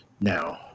Now